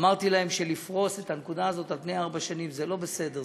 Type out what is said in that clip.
אמרתי להם שלפרוס את הנקודה הזאת על פני ארבע שנים זה לא בסדר,